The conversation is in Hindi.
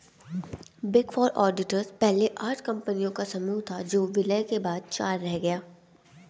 बिग फोर ऑडिटर्स पहले आठ कंपनियों का समूह था जो विलय के बाद चार रह गया